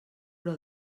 però